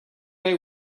they